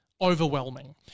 overwhelming